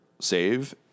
save